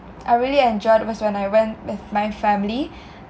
I really enjoyed was when I went with my family